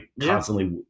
constantly